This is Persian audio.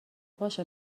باشه